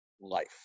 life